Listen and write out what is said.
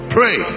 Pray